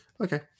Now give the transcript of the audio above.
Okay